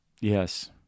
Yes